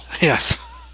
Yes